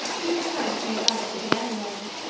he encamped on the banks of the anio,